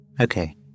Okay